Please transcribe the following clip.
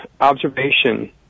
observation